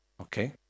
Okay